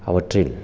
அவற்றில்